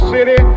City